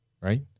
right